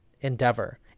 endeavor